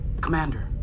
Commander